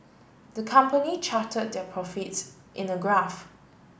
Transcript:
the company charted the profits in the graph